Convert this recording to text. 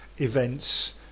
events